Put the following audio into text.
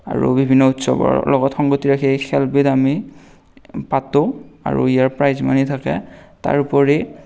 আৰু বিভিন্ন উৎসৱৰ লগত সংগতি ৰাখি এই খেলবিধ আমি পাতোঁ আৰু ইয়াৰ প্ৰাইজমণি থাকে তাৰোপৰি